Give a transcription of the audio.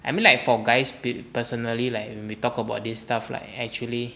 I mean like four guys be personally like when we talk about this stuff like actually